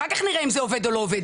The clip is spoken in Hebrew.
אחר כך נראה אם זה עובד או לא עובד.